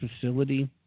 facility